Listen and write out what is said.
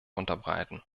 unterbreiten